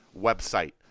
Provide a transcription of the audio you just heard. website